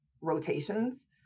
rotations